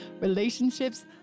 relationships